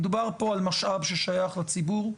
מדובר פה על משאב ששייך לציבור.